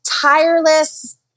tireless